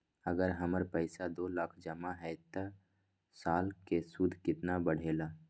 अगर हमर पैसा दो लाख जमा है त साल के सूद केतना बढेला?